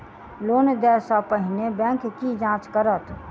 Loan देय सा पहिने बैंक की जाँच करत?